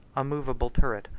a movable turret,